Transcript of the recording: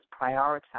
prioritize